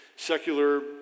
secular